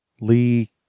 lee